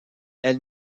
elle